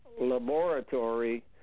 laboratory